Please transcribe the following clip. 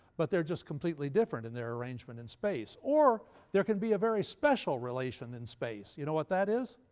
but they're just completely different in their arrangement in space. or there can be a very special relation in space. you know what that is?